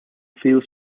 few